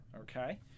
okay